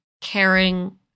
caring